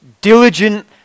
Diligent